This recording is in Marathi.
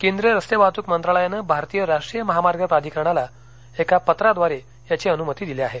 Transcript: केंद्रीय रस्ते वाहतूक मंत्रालयानं भारतीय राष्ट्रीय महामार्ग प्राधिकरणाला एका पत्राद्वारे याची अनुमती दिली आहे